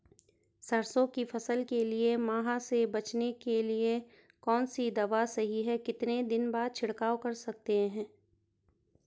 सरसों की फसल के लिए माह से बचने के लिए कौन सी दवा सही है कितने दिन बाद छिड़काव कर सकते हैं?